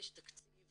יש תקציב